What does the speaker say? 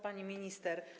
Pani Minister!